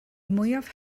mwyaf